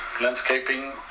landscaping